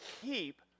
keep